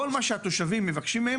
כל מה שהם מבקשים מהתושבים,